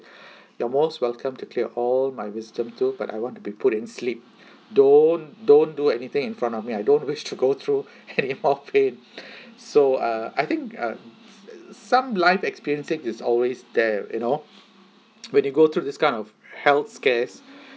you're most welcome to clear all my wisdom tooth but I want to be put in sleep don't don't do anything in front of me I don't wish to go through anymore pain so uh I think uh some life experiencing is always there you know when you go through this kind of health scares